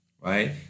right